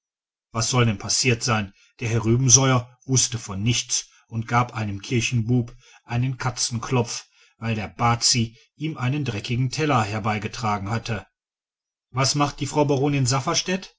was sollte denn passiert sein der herr rubesoier wußte von nichts und gab einem küchenbub einen katzenkopf weil der bazi ihm einen dreckigen teller herbeigetragen hatte was macht die frau baronin